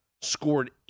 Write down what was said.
scored